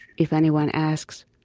if anyone asks,